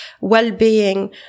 Well-being